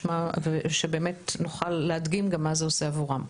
שבאמת נוכל להדגים גם מה זה עושה עבורם.